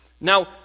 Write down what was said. Now